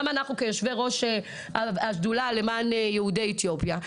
גם אנחנו כיושבי ראש השדולה למען יהודי אתיופיה,